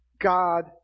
God